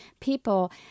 people